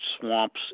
swamps